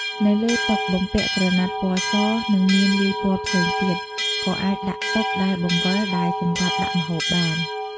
នៅលើតុបំពាក់ក្រណាត់ពណ៌ស និងមានលាយពណ៌ផ្សេងទៀត ក៏អាចដាក់តុដែលបង្វិលដែលសម្រាប់ដាក់ម្ហូបបាន។